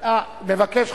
כלכלה.